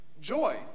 joy